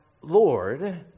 Lord